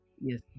yes